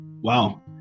Wow